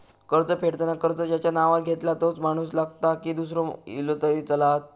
कर्ज फेडताना कर्ज ज्याच्या नावावर घेतला तोच माणूस लागता की दूसरो इलो तरी चलात?